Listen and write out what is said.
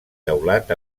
teulat